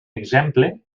exemple